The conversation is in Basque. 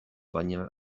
baina